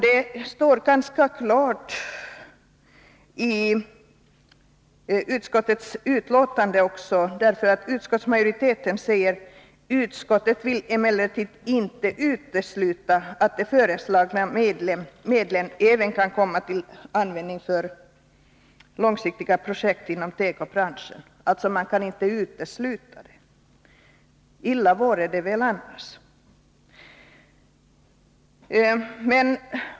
Det framgår ganska klart av utskottsbetänkandet. Utskottsmajoriteten säger: ”Utskottet vill emellertid inte utesluta att de föreslagna medlen även kan komma till användning för långsiktiga projekt inom tekobranschen.” Alltså: man kan inte utesluta det. Illa vore det väl annars!